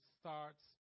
starts